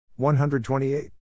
128